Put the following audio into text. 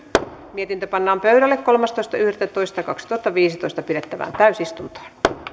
mietintö pannaan pöydälle kolmastoista yhdettätoista kaksituhattaviisitoista pidettävään täysistuntoon